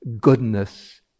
goodness